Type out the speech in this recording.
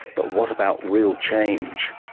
but what about real change?